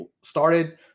started